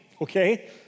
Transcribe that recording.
Okay